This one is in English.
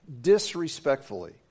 disrespectfully